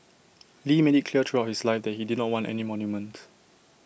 lee made IT clear throughout his life that he did not want any monument